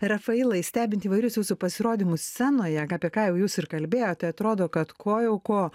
rafailai stebint įvairius jūsų pasirodymus scenoje apie ką jau jūs ir kalbėjote atrodo kad ko jau ko